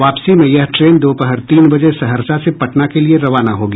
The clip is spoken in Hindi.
वापसी में यह ट्रेन दोपहर तीन बजे सहरसा से पटना के लिये रवाना होगी